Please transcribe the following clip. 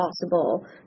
possible